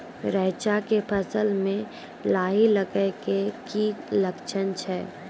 रैचा के फसल मे लाही लगे के की लक्छण छै?